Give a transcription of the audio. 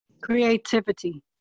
Creativity